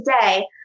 today